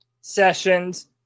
sessions